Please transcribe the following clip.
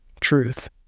truth